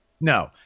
no